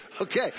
Okay